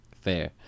Fair